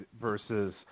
versus